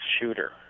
shooter